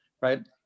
right